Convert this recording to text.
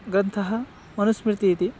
ग्रन्थः मनुस्मृतिः इति